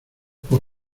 por